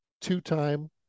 two-time